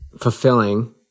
fulfilling